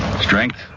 Strength